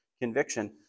conviction